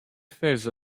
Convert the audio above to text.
face